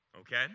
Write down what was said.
Okay